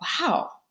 wow